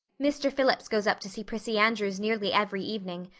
mr. phillips goes up to see prissy andrews nearly every evening.